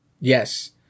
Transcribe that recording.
Yes